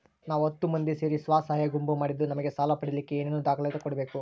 ನಾವು ಹತ್ತು ಮಂದಿ ಸೇರಿ ಸ್ವಸಹಾಯ ಗುಂಪು ಮಾಡಿದ್ದೂ ನಮಗೆ ಸಾಲ ಪಡೇಲಿಕ್ಕ ಏನೇನು ದಾಖಲಾತಿ ಕೊಡ್ಬೇಕು?